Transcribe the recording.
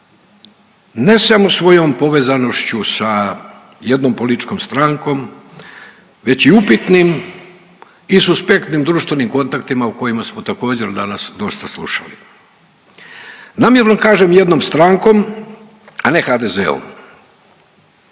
ne samo svojom povezanošću sa jednom političkom strankom već i upitnim i suspektnim društvenim kontaktima o kojim smo također danas dosta slušali? Namjerno kažem jednom strankom, a ne HDZ-om